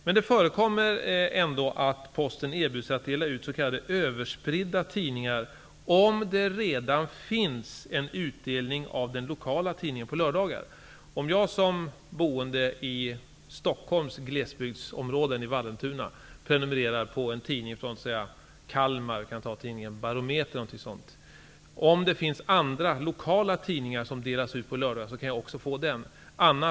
Men det förekommer ändå att Posten erbjuder sig att dela ut s.k. överspridda tidningar, om det redan finns en utdelning av den lokala tidningen på lördagar. Antag att jag som boende i Stockholms glesbygdsområden, i Vallentuna, prenumererar på säg Kalmartidningen Barometern. Om det finns lokala tidningar som delas ut på lördagar, kan jag också få min Kalmartidning.